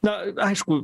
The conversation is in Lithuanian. na aišku